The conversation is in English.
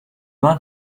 want